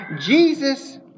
Jesus